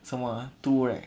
什么啊 two right